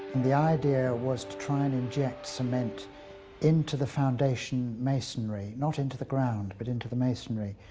the idea was to try and inject cement into the foundation masonry, not into the ground but into the masonry.